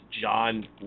John